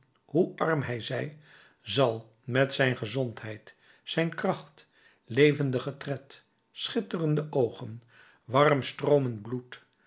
hoe arm hij zij zal met zijn gezondheid zijn kracht levendigen tred schitterende oogen warm stroomend bloed